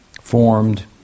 formed